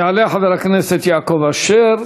יעלה חבר הכנסת יעקב אשר.